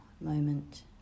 moment